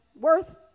worth